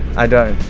i don't.